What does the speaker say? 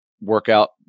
workout